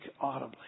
audibly